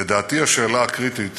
לדעתי, השאלה הקריטית